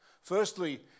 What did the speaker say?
Firstly